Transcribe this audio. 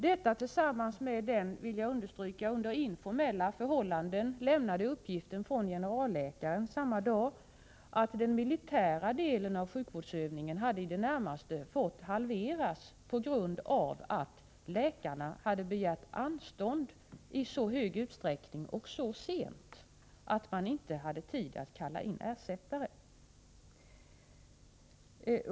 Generalläkaren lämnade samma dag under informella förhållanden — det vill jag understryka — uppgiften att den militära delen av sjukvårdsövningen i det närmaste fått halveras på grund av att läkarna i stor utsträckning och så sent begärt anstånd att man inte hade haft tid att kalla in ersättare.